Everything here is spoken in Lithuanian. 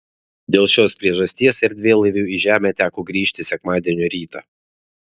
dėl šios priežasties erdvėlaiviui į žemę teko grįžti sekmadienio rytą